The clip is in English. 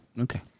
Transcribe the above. Okay